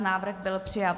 Návrh byl přijat.